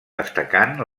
destacant